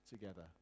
together